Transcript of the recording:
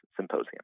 symposium